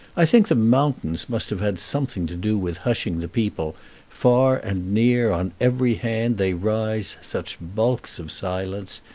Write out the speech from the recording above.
i think the mountains must have had something to do with hushing the people far and near, on every hand, they rise such bulks of silence.